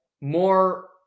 more